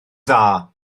dda